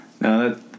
no